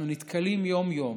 אנחנו נתקלים יום-יום